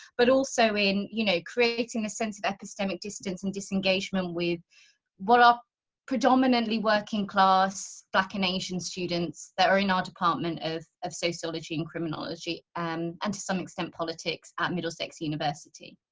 but also in, you know, creating a sense of epistemic distance and disengagement with what are predominantly working class black and asian students that are in our department of of sociology and criminology. and and to some extent politics at middlesex university.